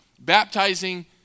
baptizing